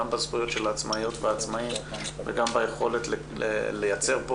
גם בזכויות של העצמאיות והעצמאים וגם ביכולת לייצר פה